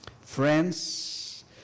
friends